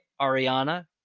Ariana